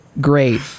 great